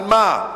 על מה?